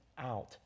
out